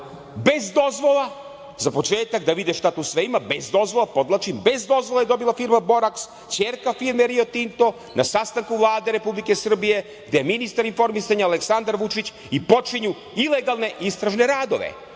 bez dozvola, za početak da vide šta tu sve ima, bez dozvola, podvlačim, bez dozvola je dobila firma „Boraks“, ćerka firme Rio Tinto na sastanku Vlade Republike Srbije, gde je ministar informisanja Aleksandar Vučić i počinju ilegalne istražne radove.